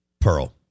Pearl